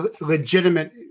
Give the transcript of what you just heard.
legitimate